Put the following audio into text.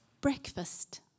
breakfast